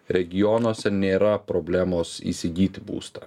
regionuose nėra problemos įsigyti būstą